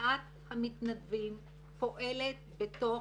מרפאת המתנדבים פועלת בתוך